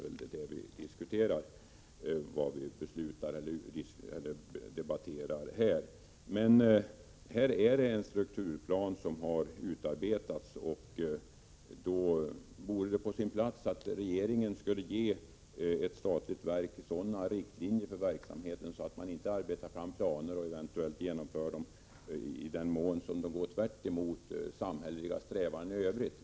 Det finns en inom postverket utarbetad strukturplan, och då vore det på sin plats att regeringen ger statliga verk sådana riktlinjer för verksamheten att man inte arbetar fram planer och eventuellt genomför dem i den mån som de går tvärtemot samhälleliga strävanden i övrigt.